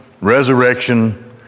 resurrection